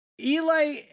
Eli